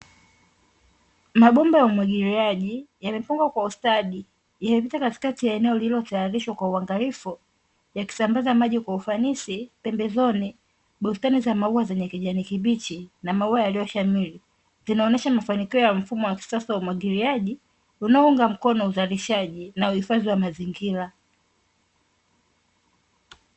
Mabomba ya umwagiliaji yamepangwa kwa ustadi, yamepita katikati ya eneo lililotayarishwa kwa uangalifu, yakisambaza maji kwa ufanisi pembezoni; bustani za maua zenye kijani kibichi na maua yaliyoshamiri, zinaonyesha mafanikio ya mfumo wa kisasa wa umwagiliaji, unaounga mkono uzalishaji na uhifadhi wa mazingira.